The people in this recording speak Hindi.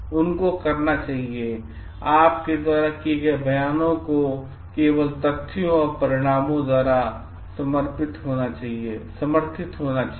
उनको करना चाहिए आपके द्वारा दिए गए बयानों को केवल तथ्यों और परिणामों द्वारा समर्थित होना चाहिए